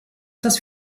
das